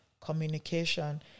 communication